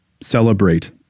celebrate